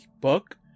book